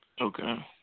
Okay